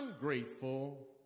ungrateful